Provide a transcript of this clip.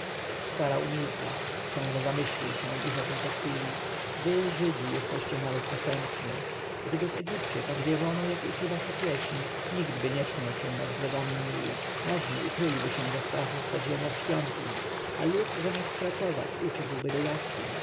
sara umilkła książę zamyślił się i rzekł po chwili wy żydzi jesteście naród posępny gdyby w egipcie tak wierzono jak uczy wasza pieśń nikt nie śmiałby się nad brzegami nilu możni ukryliby się ze strachu w podziemiach świątyń a lud zamiast pracować uciekłby do jaskiń